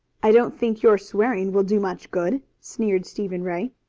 i don't think your swearing will do much good, sneered stephen ray.